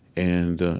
and